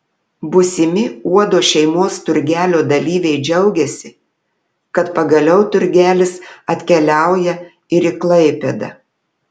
būsimi uodo šeimos turgelio dalyviai džiaugiasi kad pagaliau turgelis atkeliauja ir į klaipėdą